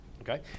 Okay